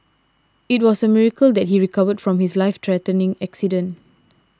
it was a miracle that he recovered from his life threatening accident